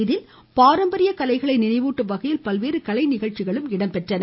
இதில் பாராம்பரிய கலைகளை நினைவூட்டும் வகையில் பல்வேறு கலைநிகழ்ச்சிகள் நடைபெற்றன